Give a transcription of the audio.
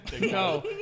No